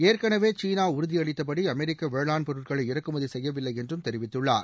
ஏற்கனவே சீனா உறுதியளித்தபடி அமெரிக்க வேளாண் பொருட்களை இறக்குமதி செய்யவில்லை என்றும் தெரிவித்துள்ளார்